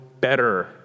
better